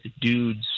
dudes